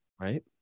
Right